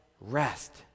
rest